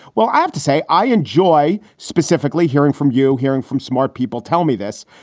well, i have to say, i enjoy specifically hearing from you, hearing from smart people tell me this.